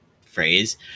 phrase